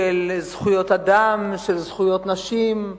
של זכויות אדם, של זכויות נשים,